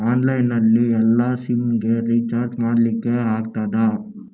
Online ನಲ್ಲಿ ಎಲ್ಲಾ sim ಗೆ ರಿಚಾರ್ಜ್ ಮಾಡಲಿಕ್ಕೆ ಆಗ್ತದಾ?